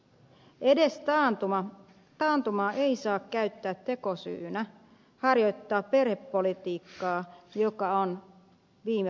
edes taantumaa ei saa käyttää tekosyynä harjoittaa perhepolitiikkaa joka on viime vuosituhannelta